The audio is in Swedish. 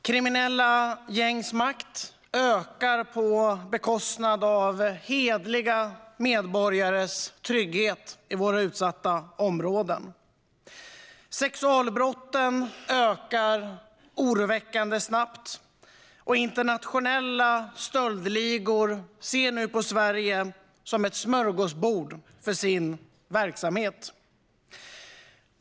Kriminella gängs makt ökar på bekostnad av hederliga medborgares trygghet i våra utsatta områden, sexualbrotten ökar oroväckande snabbt och internationella stöldligor ser nu på Sverige som ett smörgåsbord för sin verksamhet.